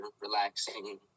relaxing